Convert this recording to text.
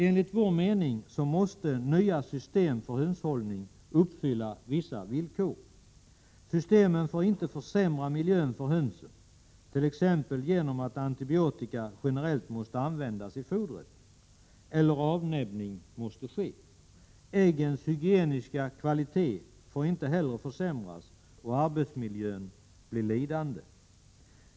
Enligt vår mening måste nya system för hönshållning uppfylla vissa villkor. Systemen får inte försämra miljön för hönsen, t.ex. genom att antibiotika generellt måste användas i fodret, eller avnäbbning måste ske. Äggens hygieniska kvalitet får inte försämras och arbetsmiljön bli lidande.